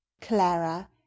clara